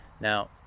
now